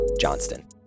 Johnston